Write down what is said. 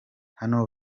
hano